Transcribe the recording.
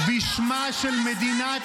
הוא צריך להתנצל?